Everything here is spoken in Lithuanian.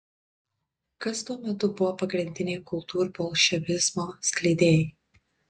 kas tuo metu buvo pagrindiniai kultūrbolševizmo skleidėjai